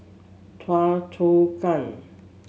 Choa Chu Kang